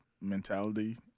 mentality